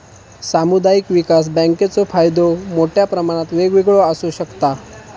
सामुदायिक विकास बँकेचो फायदो मोठ्या प्रमाणात वेगवेगळो आसू शकता